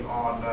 on